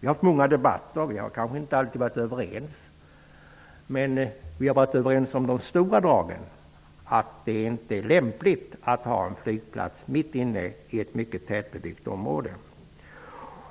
Vi har fört många debatter och kanske inte alltid varit överens, men vi har varit överens om de stora dragen, nämligen att det inte är lämpligt att ha en flygplats mitt inne i ett mycket tätbebyggt område.